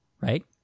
right